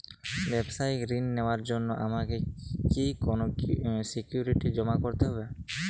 ব্যাবসায়িক ঋণ নেওয়ার জন্য আমাকে কি কোনো সিকিউরিটি জমা করতে হবে?